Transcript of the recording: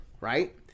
right